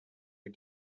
are